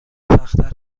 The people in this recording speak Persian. سختتر